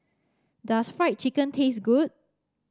does Fried Chicken taste good